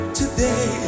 today